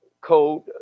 code